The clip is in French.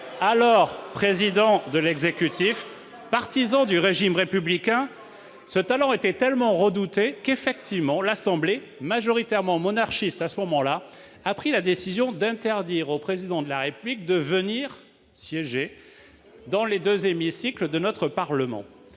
alors président de l'exécutif et partisan du régime républicain, était tellement redouté que l'assemblée, majoritairement monarchiste, a pris la décision d'interdire au Président de la République de venir siéger dans les deux hémicycles de notre Parlement.